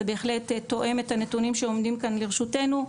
זה בהחלט תואם את הנתונים שעומדים כאן לרשותנו,